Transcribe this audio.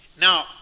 Now